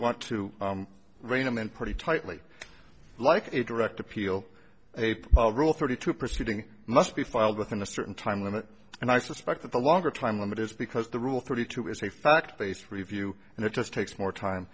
want to rein them in pretty tightly like a direct appeal a rule thirty two proceeding must be filed within a certain time limit and i suspect that the longer time limit is because the rule thirty two is a fact based review and it just takes more time